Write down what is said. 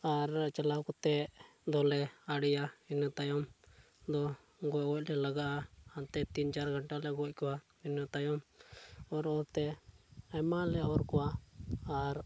ᱟᱨ ᱪᱟᱞᱟᱣ ᱠᱟᱛᱮᱫ ᱫᱚᱞᱮ ᱟᱲᱮᱭᱟ ᱤᱱᱟᱹ ᱛᱟᱭᱚᱢ ᱫᱚ ᱜᱚᱜᱚᱡ ᱞᱮ ᱞᱟᱜᱟᱜᱼᱟ ᱦᱟᱱᱛᱮ ᱛᱤᱱ ᱪᱟᱨ ᱜᱷᱚᱱᱴᱟ ᱞᱮ ᱜᱚᱡ ᱠᱚᱣᱟ ᱤᱱᱟᱹ ᱛᱟᱭᱚᱢ ᱚᱨ ᱚᱨ ᱛᱮ ᱟᱭᱢᱟ ᱞᱮ ᱚᱨ ᱠᱚᱣᱟ ᱟᱨ